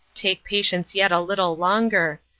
take patience yet a little longer.